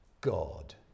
God